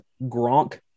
Gronk